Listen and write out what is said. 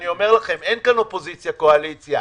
אין פה קואליציה-אופוזיציה.